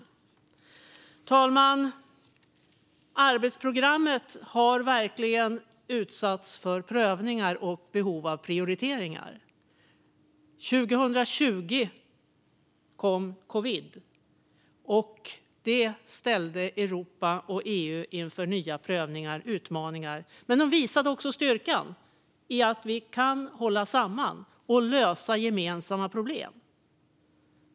Fru talman! Arbetsprogrammet har verkligen utsatts för prövningar och behov av prioriteringar. År 2020 kom covid, som ställde Europa och EU inför nya prövningar och utmaningar men också visade styrkan i att vi kan hålla samman och lösa gemensamma problem.